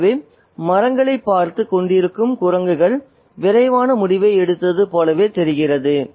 ஆகவே மரங்களைப் பார்த்துக் கொண்டிருக்கும் குரங்குகள் விரைவான முடிவை எடுத்தது போலவே இருக்கிறது